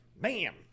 bam